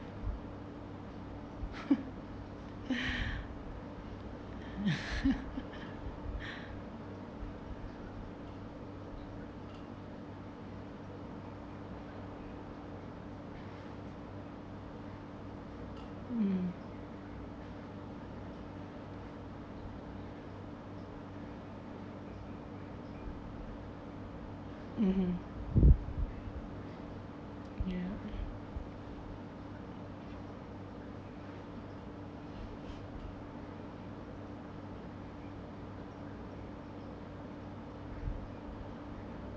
mm mmhmm ya